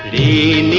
a